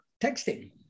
texting